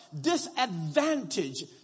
disadvantage